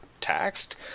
taxed